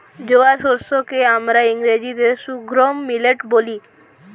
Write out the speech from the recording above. জোয়ার শস্য কে আমরা ইংরেজিতে সর্ঘুম মিলেট বলি